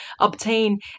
obtain